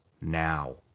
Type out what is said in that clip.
now